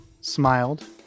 smiled